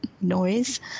noise